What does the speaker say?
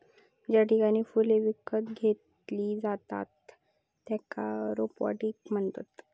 ज्या ठिकाणी फुले विकत घेतली जातत त्येका रोपवाटिका म्हणतत